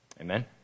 Amen